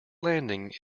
landing